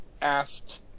asked